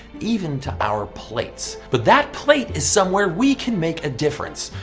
even to our plates. but that plate? is somewhere we can make a difference.